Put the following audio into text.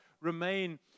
remain